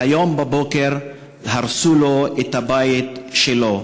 היום בבוקר הרסו לו את הבית שלו.